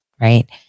right